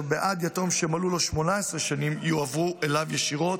ובעד יתום שמלאו לו 18 שנים הם יועברו אליו ישירות,